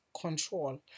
control